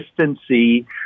consistency